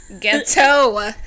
ghetto